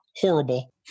horrible